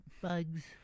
Bugs